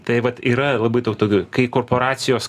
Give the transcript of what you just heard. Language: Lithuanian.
tai vat yra labai daug tokių kai korporacijos